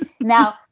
Now